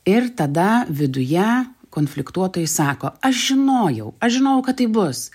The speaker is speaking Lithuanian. ir tada viduje konfliktuotojai sako aš žinojau aš žinojau kad taip bus